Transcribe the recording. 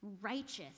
righteous